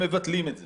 ומבטלים את זה,